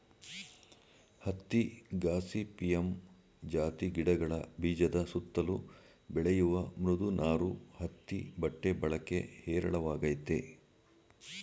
ಹತ್ತಿ ಗಾಸಿಪಿಯಮ್ ಜಾತಿ ಗಿಡಗಳ ಬೀಜದ ಸುತ್ತಲು ಬೆಳೆಯುವ ಮೃದು ನಾರು ಹತ್ತಿ ಬಟ್ಟೆ ಬಳಕೆ ಹೇರಳವಾಗಯ್ತೆ